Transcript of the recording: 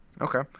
Okay